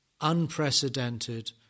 unprecedented